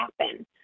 happen